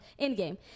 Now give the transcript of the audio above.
Endgame